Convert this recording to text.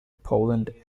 poland